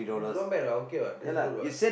you don't want bet ah okay what that's good what